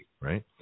right